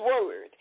word